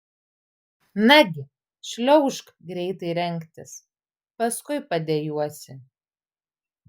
nagi šliaužk greitai rengtis paskui padejuosi